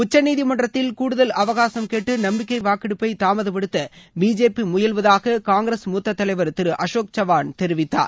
உச்சநீதிமன்றத்தில் கூடுதல் அவகாசம் கேட்டுநம்பிக்கை வாக்கெடுப்பை தாமதப்படுத்த பிஜேபி முயல்வாதாக காங்கிரஸ் மூத்த தலைவர் திரு அசோக் சவான் தெரிவித்தார்